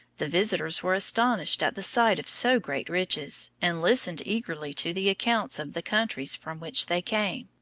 the visitors were astonished at the sight of so great riches, and listened eagerly to the accounts of the countries from which they came.